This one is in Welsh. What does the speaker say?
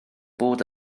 bod